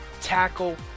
tackle